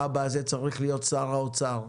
והאבא הזה צריך להיות שר האוצר.